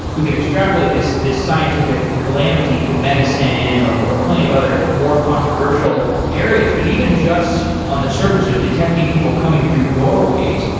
we could extrapolate this this scientific calamity to medicine or or plenty of other more controversial controversial areas, but even just on the surface of detecting people coming through doorways,